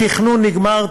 התכנון נגמר,